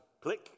click